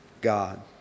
God